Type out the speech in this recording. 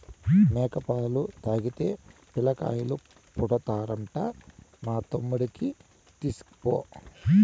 మేక పాలు తాగితే పిల్లకాయలు పుడతారంట మా తమ్ముడికి తీస్కపో